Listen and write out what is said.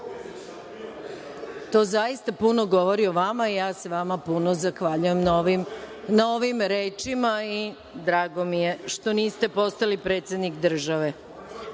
To zaista puno govori o vama i ja se vama puno zahvaljujem na ovim rečima i drago mi je što niste postali predsednik